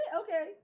Okay